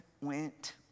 went